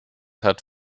hat